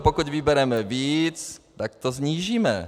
Pokud vybereme víc, tak to snížíme.